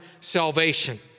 salvation